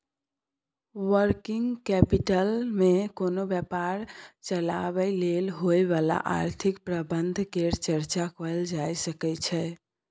working capital मे कोनो व्यापार चलाबय लेल होइ बला आर्थिक प्रबंधन केर चर्चा कएल जाए सकइ छै